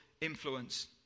influence